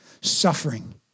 Suffering